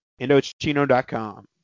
Indochino.com